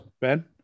Ben